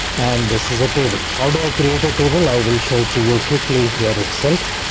and this is a table. how do i create a table? i will show it to you quickly here itself,